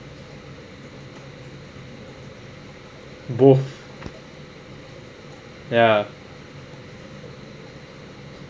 bro~ ya